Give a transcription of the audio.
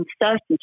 uncertainty